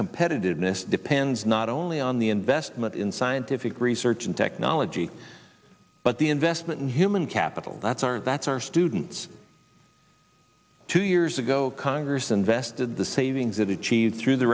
competitiveness depends not only on the investment in scientific research and technology but the investment in human capital that's our that's our students two years ago congress invested the savings it achieved through the